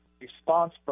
response